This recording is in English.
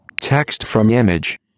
Text-from-image